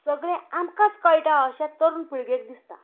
सगळें आमकांच कळटा अशें तरूण पिळगेक दिसता